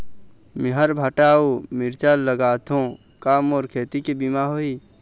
मेहर भांटा अऊ मिरचा लगाथो का मोर खेती के बीमा होही?